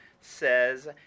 says